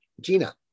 gina